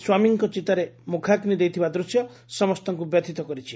ସ୍ୱାମୀଙ୍ ଚିତାରେ ମୁଖାଗି ଦେଇଥିବା ଦୂଶ୍ୟ ସମସ୍ତଙ୍କୁ ବ୍ୟଥିତ କରିଛି